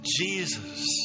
Jesus